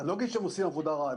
אני לא אגיד שהם עושים עבודה רעה,